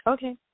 Okay